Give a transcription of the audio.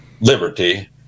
liberty